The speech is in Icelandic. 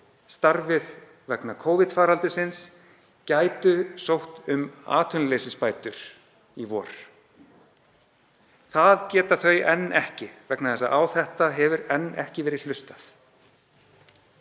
starfið vegna Covid-faraldursins, gætu sótt um atvinnuleysisbætur í vor. Það geta þeir ekki vegna þess að á þetta hefur enn ekki verið hlustað.